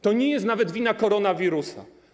To nie jest nawet wina koronawirusa.